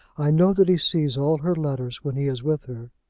i know that he sees all her letters when he is with her.